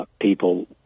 people